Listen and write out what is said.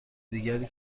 دیگری